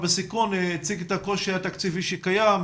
בסיכון הציג את הקושי התקציבי שקיים.